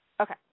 Okay